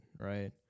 right